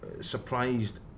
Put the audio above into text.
surprised